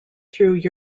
through